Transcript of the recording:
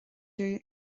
dom